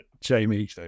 Jamie